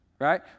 right